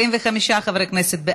ההצעה להעביר את הצעת חוק